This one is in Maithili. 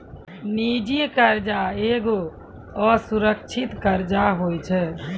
निजी कर्जा एगो असुरक्षित कर्जा होय छै